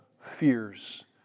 fears